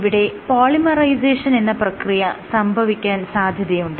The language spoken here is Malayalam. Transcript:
ഇവിടെ പോളിമെറൈസേഷൻ എന്ന പ്രക്രിയ സംഭവിക്കാൻ സാധ്യതയുണ്ട്